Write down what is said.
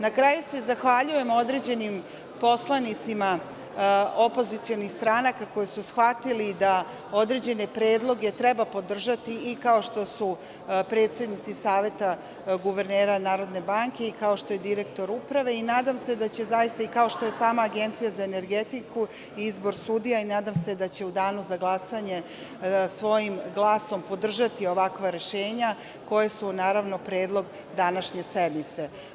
Na kraju se zahvaljujem određenim poslanicima opozicionih stranaka koji su shvatili da određene predloge treba podržati, kao što su predsednici Saveta guvernera NBS i kao što je direktor Uprave i nadam se da će zaista, kao što je i sama Agencija za energetiku, izbor sudija i nadam se da će u danu za glasanje svojim glasom podržati ovakva rešenja koja su predlog današnje sednice.